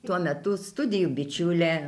tuo metu studijų bičiulė